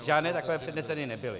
Žádné takové předneseny nebyly.